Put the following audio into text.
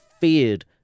feared